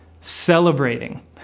celebrating